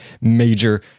major